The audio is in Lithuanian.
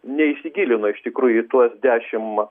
neįsigilino iš tikrųjų į tuos dešim